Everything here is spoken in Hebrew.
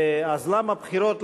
אז למה בחירות,